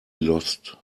lost